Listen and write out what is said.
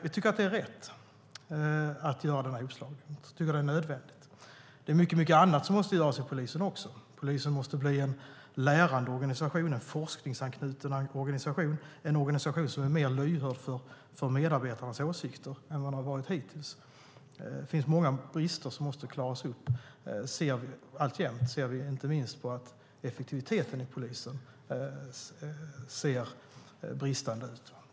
Vi tycker att det är rätt att göra den här hopslagningen. Vi tycker att det är nödvändigt. Mycket annat måste också göras inom polisen. Polisen måste bli en lärande organisation, en forskningsanknuten organisation och en organisation som är mer lyhörd för medarbetarnas åsikter än vad den varit hittills. Det finns många brister som måste rättas till. Det ser vi alltjämt, inte minst på att effektiviteten i polisen är bristande.